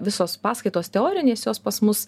visos paskaitos teorinės jos pas mus